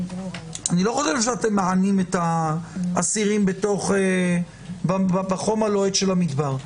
אני לא חושב שאתם מענים את האסירים בחום הלוהט של המדבר,